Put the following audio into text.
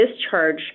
discharge